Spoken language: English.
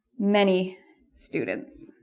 many students